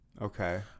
Okay